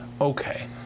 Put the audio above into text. Okay